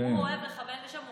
הוא אוהב לכוון לשם.